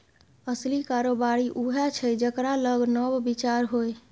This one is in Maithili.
असली कारोबारी उएह छै जेकरा लग नब विचार होए